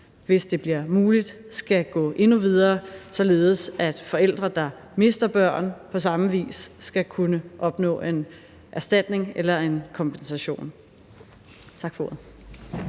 hvis det bliver muligt, skal gå endnu videre, således at forældre, der mister børn på samme vis, skal kunne opnå en erstatning eller en kompensation. Tak for ordet.